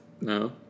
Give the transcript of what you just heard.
no